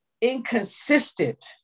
inconsistent